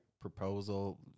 proposal